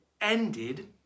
ended